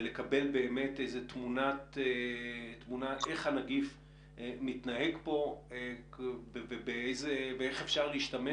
ולקבל באמת איזו תמונה איך הנגיף מתנהג פה ואיך אפשר להשתמש